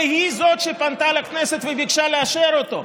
והיא שפנתה לכנסת וביקשה לאשר אותו,